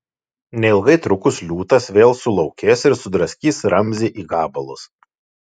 neilgai trukus liūtas vėl sulaukės ir sudraskys ramzį į gabalus